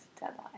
deadline